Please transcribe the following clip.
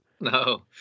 no